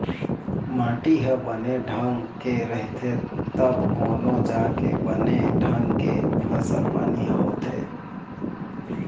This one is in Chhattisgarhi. माटी ह बने ढंग के रहिथे तब कोनो जाके बने ढंग के फसल पानी ह होथे